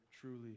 truly